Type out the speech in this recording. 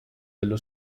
dello